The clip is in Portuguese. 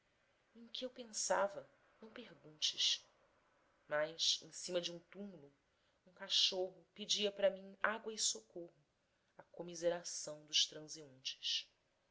em que eu pensava não perguntes mas em cima de um túmulo um cachorro pedia para mim água e socorro à comiseração dos transeuntes